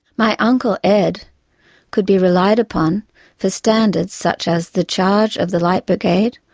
my uncle ed could be relied upon for standards such as the charge of the light brigade,